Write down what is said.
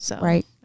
Right